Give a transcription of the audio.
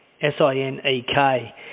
S-I-N-E-K